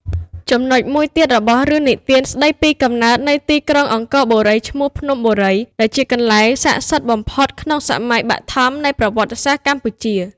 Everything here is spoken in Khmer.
ចំណុចមួយទៀតរបស់រឿងនិទានស្តីពីកំណើតនៃទីក្រុងអង្គរបូរីឈ្មោះភ្នំ បុរី ដែលជាកន្លែងស័ក្តិសិទ្ធិបំផុតក្នុងសម័យបឋម នៃប្រវត្តិសាស្រ្តកម្ពុជា ។